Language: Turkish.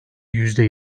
yüzde